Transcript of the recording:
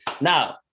Now